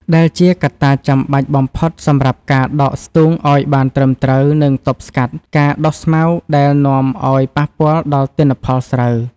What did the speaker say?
ដែលជាកត្តាចាំបាច់បំផុតសម្រាប់ការដកស្ទូងឱ្យបានត្រឹមត្រូវ និងទប់ស្កាត់ការដុះស្មៅដែលនាំឱ្យប៉ះពាល់ដល់ទិន្នផលស្រូវ។